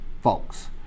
folks